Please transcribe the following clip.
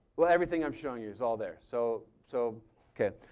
but everything i'm showing you is all there. so so, okay.